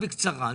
בקצרה.